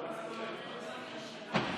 קבוצת סיעת הציונות הדתית,